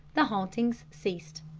the hauntings ceased.